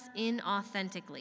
inauthentically